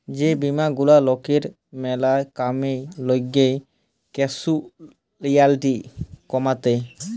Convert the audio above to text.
যে বীমা গুলা লকের ম্যালা কামে লাগ্যে ক্যাসুয়ালটি কমাত্যে